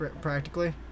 practically